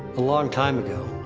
long time ago,